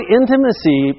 intimacy